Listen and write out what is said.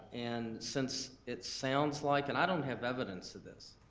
and, since it sounds like, and i don't have evidence of this,